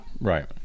Right